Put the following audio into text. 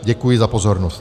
Děkuji za pozornost.